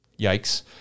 Yikes